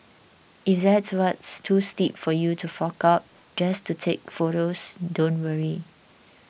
if that's too steep for you to fork out just take photos don't worry